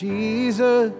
Jesus